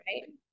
Right